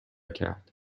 کرد